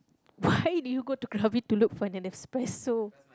why do you go to krabi to go look for an espresso